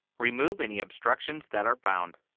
remove any obstructions that are found.